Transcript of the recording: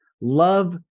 Love